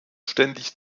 ständig